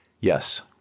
Yes